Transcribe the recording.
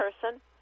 person